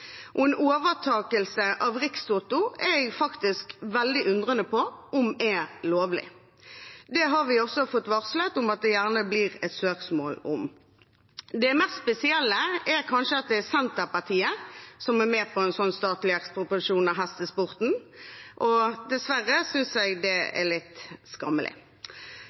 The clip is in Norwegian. og en overtakelse av Rikstoto er jeg faktisk veldig undrende til om er lovlig. Det har vi også fått varslet om at det gjerne blir et søksmål om. Det mest spesielle er kanskje at det er Senterpartiet som er med på en sånn statlig ekspropriasjon av hestesporten, og dessverre synes jeg det er litt skammelig.